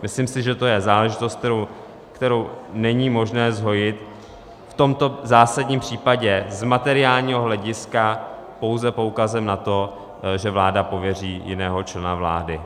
Myslím si, že to je záležitost, kterou není možné zhojit v tomto zásadním případě z materiálního hlediska pouze poukazem na to, že vláda pověří jiného člena vlády.